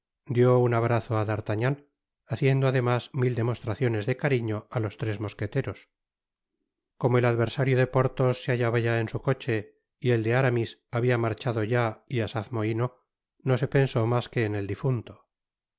dió un abrazo á d'artagnan haciendo además mil demostraciones de cariño á los tres mosqueteros como el adversario de porthos se hallaba ya en su coche y el de áramis habia marchado ya y asaz mohino no se pensó mas que en el difunto